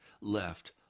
left